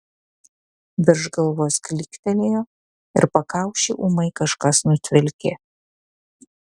virš galvos klyktelėjo ir pakaušį ūmai kažkas nutvilkė